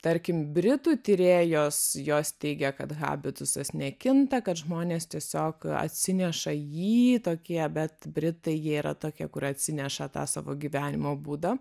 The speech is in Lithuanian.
tarkim britų tyrėjos jos teigia kad habitus nekinta kad žmonės tiesiog atsineša jį tokį bet britai jie yra tokie kur atsineša tą savo gyvenimo būdą